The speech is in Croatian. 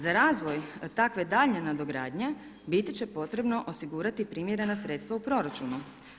Za razvoj takve daljnje nadogradnje biti će potrebno osigurati primjerna sredstva u proračunu.